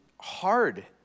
hard